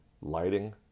lighting